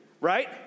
right